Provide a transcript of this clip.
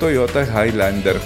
toyota hailender